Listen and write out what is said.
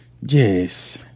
Yes